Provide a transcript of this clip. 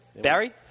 Barry